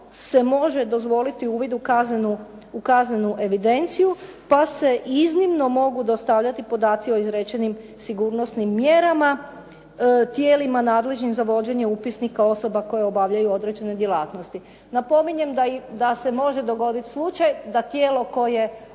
se može dozvoliti uvid u kaznenu evidenciju, pa se iznimno mogu dostavljati podaci o izrečenim sigurnosnim mjerama tijelima nadležnim za vođenje upisnika osoba koje obavljaju određene djelatnosti. Napominjem da se može dogoditi slučaj da tijelo koje